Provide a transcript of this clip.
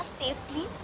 safely